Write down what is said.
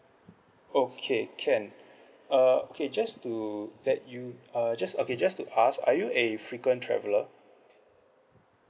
okay can uh okay just to let you uh just okay just to ask are you a frequent traveller